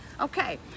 Okay